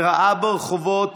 וראה ברחובות,